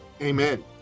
Amen